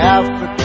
Africa